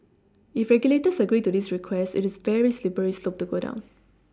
if regulators agree to this request it is a very slippery slope to go down